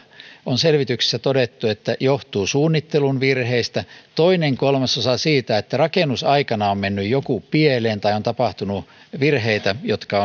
on todettu että noin kolmasosa sisäilmaongelmista johtuu suunnittelun virheistä toinen kolmasosa siitä että rakennusaikana on mennyt joku pieleen tai on tapahtunut virheitä jotka